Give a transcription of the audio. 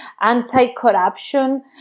anti-corruption